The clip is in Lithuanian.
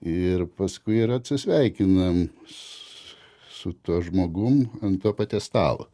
ir paskui ir atsisveikinam su tuo žmogum ant to paties stalo